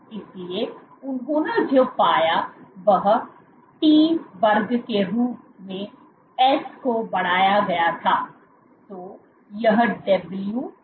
इसलिए उन्होंने जो पाया वह t वर्ग के रूप में s को बढ़ाया गया था